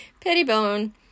Pettibone